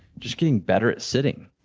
just getting better at sitting,